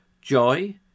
joy